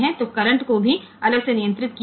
તેથી કરંટ અલગથી નિયંત્રિત થાય છે